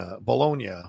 Bologna